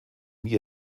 nie